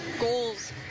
goals